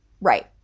Right